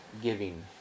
giving